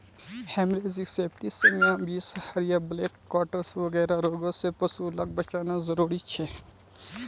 haemorrhagic septicaemia, बीसहरिया, black quarters वगैरह रोगों से पशु लाक बचाना ज़रूरी छे